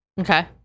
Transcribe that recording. Okay